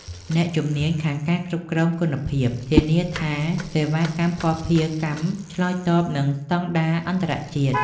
អ្នកជំនាញខាងការគ្រប់គ្រងគុណភាព ធានាថាសេវាកម្មភស្តុភារកម្មឆ្លើយតបនឹងស្តង់ដារអន្តរជាតិ។